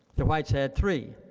the whites had three,